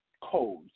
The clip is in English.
codes